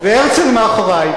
והרצל מאחורי.